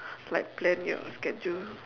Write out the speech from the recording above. like plan your schedule